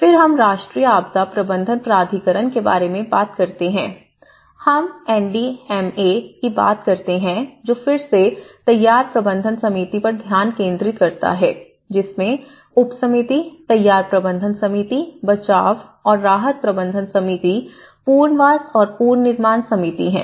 फिर हम राष्ट्रीय आपदा प्रबंधन प्राधिकरण के बारे में बात करते हैं हम एन डी एम ए की बात करते हैं जो फिर से तैयार प्रबंधन समिति पर ध्यान केंद्रित करता है जिसमें उपसमिति तैयारी प्रबंधन समिति बचाव और राहत प्रबंधन समिति पुनर्वास और पुनर्निर्माण समिति है